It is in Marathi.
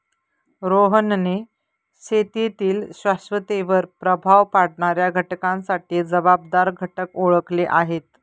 रोहनने शेतीतील शाश्वततेवर प्रभाव पाडणाऱ्या घटकांसाठी जबाबदार घटक ओळखले आहेत